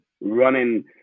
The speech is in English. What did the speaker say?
running